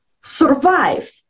survive